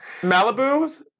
Malibus